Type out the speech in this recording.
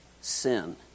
sin